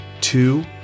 two